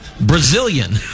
Brazilian